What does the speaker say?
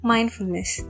Mindfulness